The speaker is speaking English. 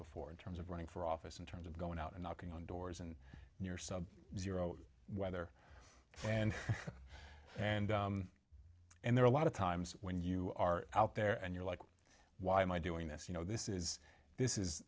before in terms of running for office in terms of going out and knocking on doors and near sub zero weather and and and there a lot of times when you are out there and you're like why am i doing this you know this is this is